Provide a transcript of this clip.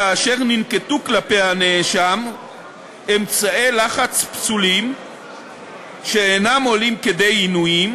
כאשר ננקטו כלפי הנאשם אמצעי לחץ פסולים שאינם עולים כדי עינויים,